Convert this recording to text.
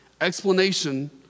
explanation